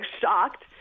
shocked